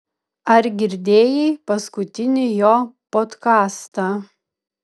ar girdėjai paskutinį jo podkastą